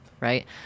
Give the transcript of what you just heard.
right